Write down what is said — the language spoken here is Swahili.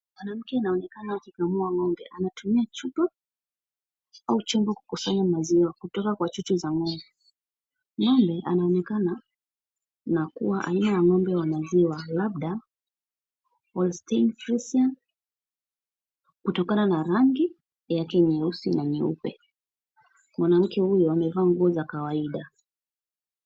Mwanamke anaonekana akikamua ng'ombe anatumia chupa au chungu kukusanya maziwa kutoka kwa chuchu za ng'ombe. Ng'ombe anaonekana ni ya kuwa aina ya ng'ombe wa maziwa labda Holstein Friesian kutokana na rangi yake nyeusi na nyeupe. Mwanamke huyu amevaa nguo za kawaida.